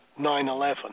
9/11